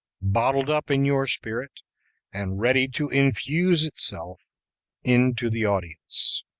bottled up in your spirit and ready to infuse itself into the audience.